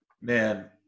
Man